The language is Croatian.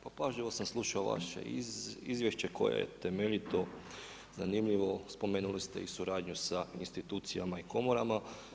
Pa pažljivo sam slušao vaše izvješće koje je temeljito, zanimljivo, spomenuli ste i suradnju sa institucijama i komorama.